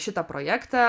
šitą projektą